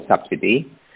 subsidy